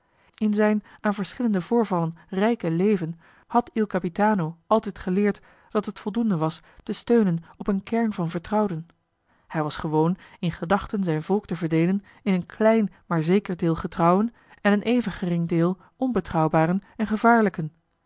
in zijn aan verschillende voorvallen rijke leven had il capitano altijd geleerd dat het voldoende was te steunen op een kern van vertrouwden hij was gewoon in gedachten zijn volk te verdeelen in een klein maar zeker deel getrouwen en een even gering deel onbetrouwbaren en gevaarlijken